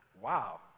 Wow